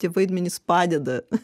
tie vaidmenys padeda